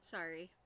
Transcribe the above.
Sorry